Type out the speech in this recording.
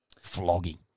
flogging